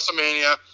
WrestleMania